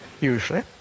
usually